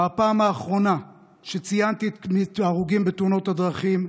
מהפעם האחרונה שציינתי את ההרוגים בתאונות הדרכים,